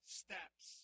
steps